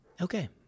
Okay